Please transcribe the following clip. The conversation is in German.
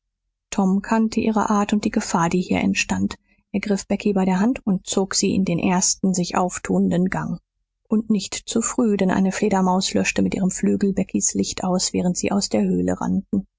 tom kannte ihre art und die gefahr die hier entstand er griff becky bei der hand und zog sie in den ersten sich auftuenden gang und nicht zu früh denn eine fledermaus löschte mit ihrem flügel beckys licht aus während sie aus der höhle rannten